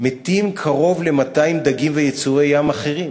מתים קרוב ל-200 דגים ויצורי ים אחרים.